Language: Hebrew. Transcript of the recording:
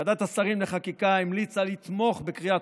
ועדת השרים לחקיקה המליצה לתמוך בקריאה